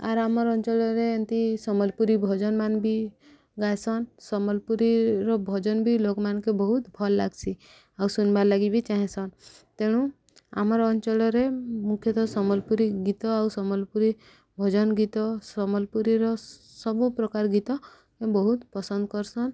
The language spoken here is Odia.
ଆର୍ ଆମର ଅଞ୍ଚଳରେ ଏମିତି ସମ୍ବଲପୁରୀ ଭଜନ ମାନ ବି ଗାଇସନ୍ ସମ୍ବଲପୁରୀର ଭଜନ ବି ଲୋକମାନକେ ବହୁତ ଭଲ୍ ଲାଗ୍ସି ଆଉ ଶୁଣବାର୍ ଲାଗି ବି ଚାହେଁସନ୍ ତେଣୁ ଆମର ଅଞ୍ଚଳରେ ମୁଖ୍ୟତଃ ସମ୍ବଲପୁରୀ ଗୀତ ଆଉ ସମ୍ବଲପୁରୀ ଭଜନ ଗୀତ ସମ୍ବଲପୁରୀର ସବୁପ୍ରକାର ଗୀତ ବହୁତ ପସନ୍ଦ କରସନ୍